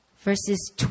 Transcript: verses